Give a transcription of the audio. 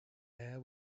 air